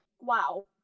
Wow